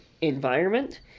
environment